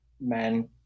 men